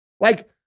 Like-